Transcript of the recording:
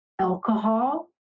alcohol